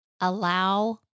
allow